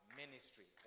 ministry